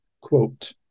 Quote